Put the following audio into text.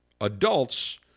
adults